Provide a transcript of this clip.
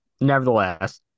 Nevertheless